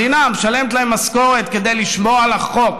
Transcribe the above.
המדינה משלמת להם משכורת כדי לשמור על החוק,